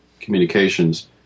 communications –